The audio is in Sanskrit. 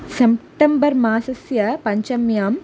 संप्टेम्बर् मासस्य पञ्चम्याम्